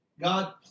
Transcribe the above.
God